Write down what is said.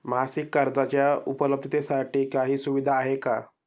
मासिक कर्जाच्या उपलब्धतेसाठी काही सुविधा आहे का?